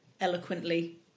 eloquently